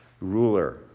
ruler